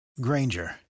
Granger